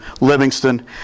Livingston